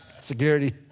Security